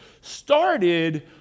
started